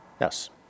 Yes